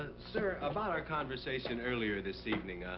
sir, about our conversation earlier this evening,